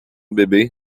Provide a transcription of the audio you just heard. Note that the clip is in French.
bébé